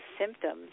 symptoms